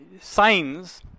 signs